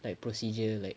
like procedure like